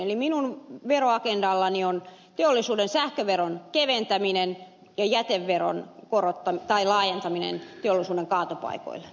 eli minun veroagendallani on teollisuuden sähköveron keventäminen ja jäteveron laajentaminen teollisuuden kaatopaikoille